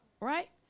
right